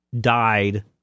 died